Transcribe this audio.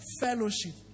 fellowship